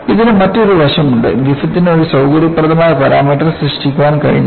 ഇതിന് മറ്റൊരു വശമുണ്ട് ഗ്രിഫിത്തിന് ഒരു സൌകര്യപ്രദമായ പാരാമീറ്റർ സൃഷ്ടിക്കാൻ കഴിഞ്ഞില്ല